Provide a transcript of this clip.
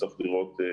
נוכל להעביר לכם.